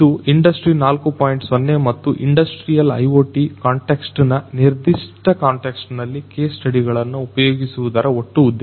0 ಮತ್ತು industrial IoT context ನ ನಿರ್ದಿಷ್ಟ ಕಾಂಟೆಕ್ಸ್ಟ್ ನಲ್ಲಿ ಕೇಸ್ ಸ್ಟಡಿ ಗಳನ್ನು ಉಪಯೋಗಿಸುವುದರ ಒಟ್ಟು ಉದ್ದೇಶ